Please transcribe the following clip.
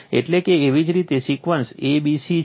એટલે કે એવી જ રીતે સિક્વન્સ a c b છે